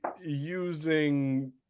using